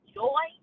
joy